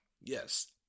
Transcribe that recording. yes